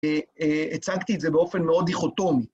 הצגתי את זה באופן מאוד דיכוטומי.